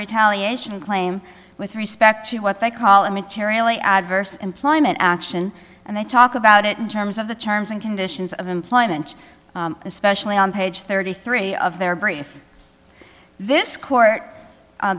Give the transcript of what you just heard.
retaliation claim with respect to what they call it materially adverse employment action and they talk about it in terms of the terms and conditions of employment especially on page thirty three of their brief this court